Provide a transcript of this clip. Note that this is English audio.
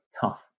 tough